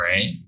right